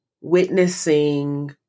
witnessing